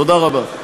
תודה רבה.